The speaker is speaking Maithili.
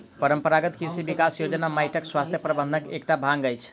परंपरागत कृषि विकास योजना माइटक स्वास्थ्य प्रबंधनक एकटा भाग अछि